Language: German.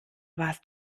warst